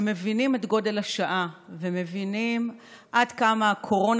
שמבינים את גודל השעה ומבינים עד כמה הקורונה